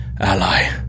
ally